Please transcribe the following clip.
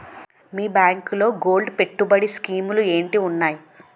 మీ బ్యాంకులో గోల్డ్ పెట్టుబడి స్కీం లు ఏంటి వున్నాయి?